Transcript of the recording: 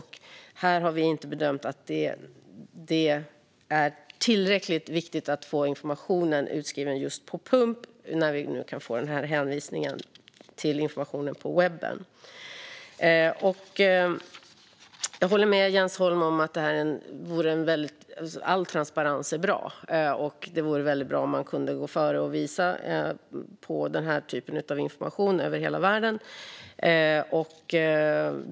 Här har vi inte bedömt att det är tillräckligt viktigt att få informationen utskriven just på pump när vi nu kan få hänvisningen till informationen på webben. Jag håller med Jens Holm om att all transparens är bra och att det vore väldigt bra om man kunde gå före och visa på denna typ av information över hela världen.